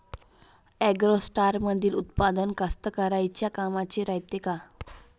ॲग्रोस्टारमंदील उत्पादन कास्तकाराइच्या कामाचे रायते का?